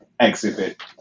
Exhibit